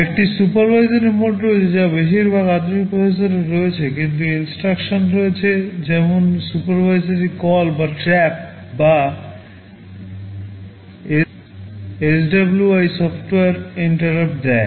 একটি supervisory mode রয়েছে যা বেশিরভাগ আধুনিক প্রসেসরের রয়েছে কিছু INSTRUCTION রয়েছে যেমন সুপারভাইজারি কল বা ট্র্যাপ বা SWI সফটওয়্যার INTERRUPT দেয়